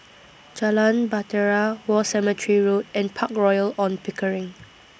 Jalan Bahtera War Cemetery Road and Park Royal on Pickering